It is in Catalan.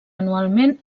anualment